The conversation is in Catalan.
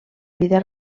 vida